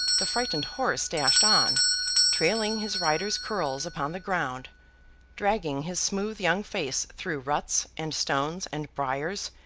the frightened horse dashed on trailing his rider's curls upon the ground dragging his smooth young face through ruts, and stones, and briers,